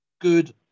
good